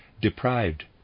deprived